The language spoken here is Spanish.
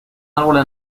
árboles